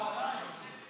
שפת השפתיים.